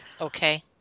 okay